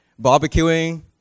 barbecuing